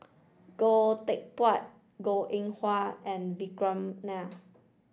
Goh Teck Phuan Goh Eng Wah and Vikram Nair